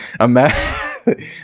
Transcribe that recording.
Imagine